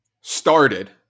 started